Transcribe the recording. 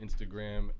Instagram